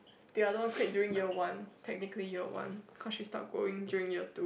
the other one quit during year one technically year one cause she stop going during year two